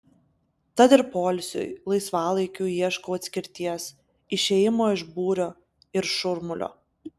tad ir poilsiui laisvalaikiui ieškau atskirties išėjimo iš būrio ir šurmulio